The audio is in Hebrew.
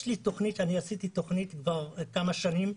יש לי תכנית שעשיתי לפני כמה שנים,